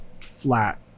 flat